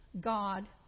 God